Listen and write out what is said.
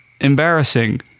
embarrassing